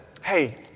hey